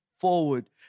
forward